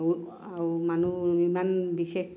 আৰু আৰু মানুহ ইমান বিশেষ